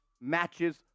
matches